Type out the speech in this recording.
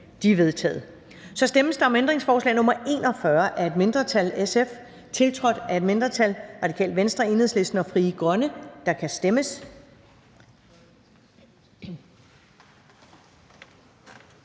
De er vedtaget. Så stemmes der om ændringsforslag nr. 41 af et mindretal (SF), tiltrådt af et mindretal (RV, EL og FG). Der kan stemmes.